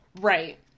Right